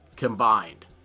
Combined